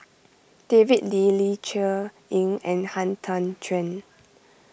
David Lee Ling Cher Eng and Han Tan Juan